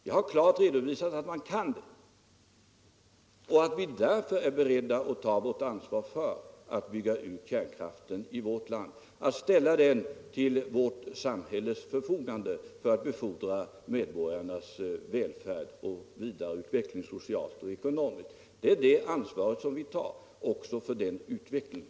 Jag har klart redovisat att man kan det och att vi därför är beredda att ta vårt ansvar för att bygga ut kärnkraften i vårt land, att ställa den till vårt samhälles förfogande för att befordra medborgarnas välfärd och vidareutveckling socialt och ekonomiskt. Vi tar ansvaret också för den utvecklingen.